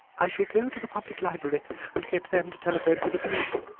i shall go to the public library and get them to telephone for the police,